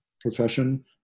profession